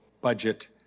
Budget